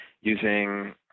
using